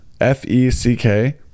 F-E-C-K